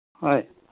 ఓయ్